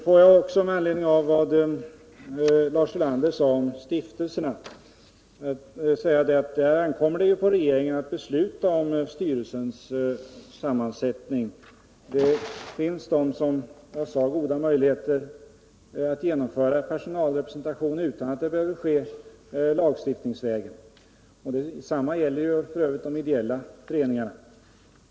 Får jag också, med anledning av vad Lars Ulander yttrade om stiftelserna, säga att där det ankommer på regeringen att besluta om styrelsens sammansättning finns det, som jag sade, goda möjligheter att genomföra en personalrepresentation utan att det behöver ske lagstiftningsvägen. Detsamma gäller f. ö. de ideella föreningarna.